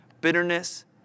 bitterness